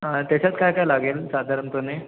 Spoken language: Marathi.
हां त्याच्यात काय काय लागेल साधारणपणे